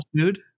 food